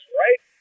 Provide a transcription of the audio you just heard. right